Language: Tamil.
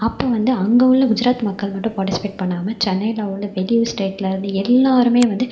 அப்போ வந்து அங்கே உள்ள குஜராத் மக்கள் மட்டும் பார்ட்டிசிபேட் பண்ணாமல் சென்னையிலிருந்து வெளியூர் ஸ்டேட்லிருந்து எல்லாேருமே வந்து